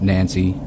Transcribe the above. Nancy